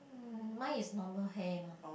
um mine is normal hair mah